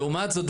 לעומת זאת,